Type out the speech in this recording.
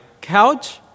couch